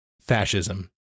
fascism